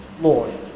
Lord